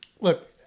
look